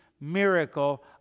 miracle